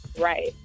Right